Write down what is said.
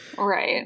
Right